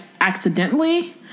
accidentally